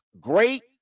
great